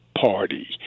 party